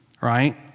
Right